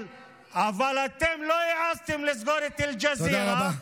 אבל אתם לא העזתם לסגור את אל-ג'זירה, תודה רבה.